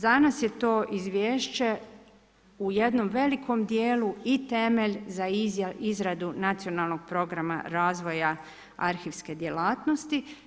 Za nas je to izvješće u jednom velikom dijelu i temelj za izradu nacionalnog programa razvoja arhivske djelatnosti.